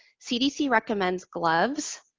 cdc recommends gloves,